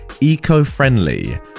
eco-friendly